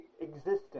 existence